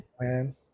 man